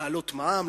להעלות מע"מ,